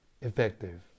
effective